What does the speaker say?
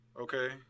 okay